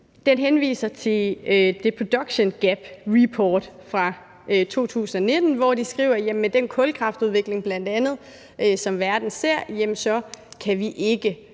som mig – The Production Gap Report fra 2019, hvor de skriver, at med bl.a. den kulkraftudvikling, som verden ser, kan vi ikke